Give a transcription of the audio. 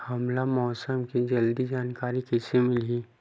हमला मौसम के जल्दी जानकारी कइसे मिलही?